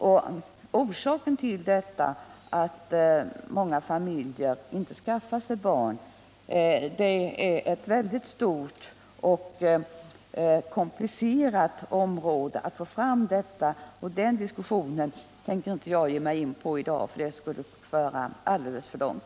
Bakgrunden till att många familjer inte skaffar sig barn är mycket komplicerad, och någon diskussion på det området tänker jag inte ge mig in på i dag — det skulle föra alldeles för långt.